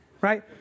Right